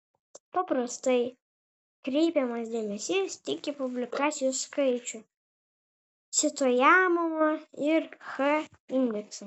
paprastai kreipiamas dėmesys tik į publikacijų skaičių cituojamumą ir h indeksą